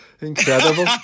Incredible